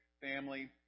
family